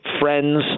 friends